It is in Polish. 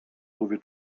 głowie